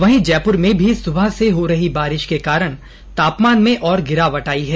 वहीं जयपुर में भी सुबह से हो रही बारिश के कारण तापमान में और गिरावट आई है